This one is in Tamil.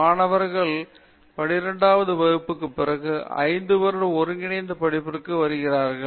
மாணவர்கள் 12 வது வகுப்புக்குப் பிறகு 5 வருட ஒருங்கிணைந்த படிப்பிற்கு வருகிறார்கள்